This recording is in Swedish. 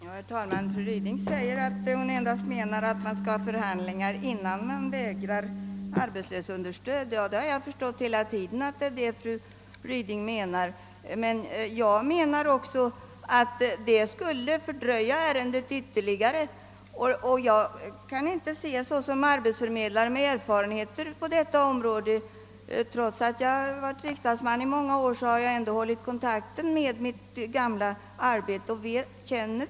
Herr talman! Fru Ryding säger att hon endast avser att förhandlingar skall äga rum innan man vägrar att ge arbetslöshetsunderstöd. Det har jag förstått hela tiden. Jag anser att de skulle fördröja respektive ärende ytterligare. Trots att jag varit ledamot av riksdagen i många år har jag ändå hållit kontakten med mitt arbete som arbetsförmedlare.